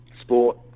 sport